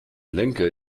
lenker